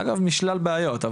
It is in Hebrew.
אגב משלל בעיות.